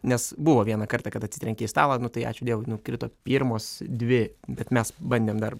nes buvo vieną kartą kad atsitrenkė į stalą nu tai ačiū dievui nukrito pirmos dvi bet mes bandėm dar